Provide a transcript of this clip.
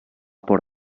por